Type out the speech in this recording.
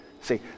See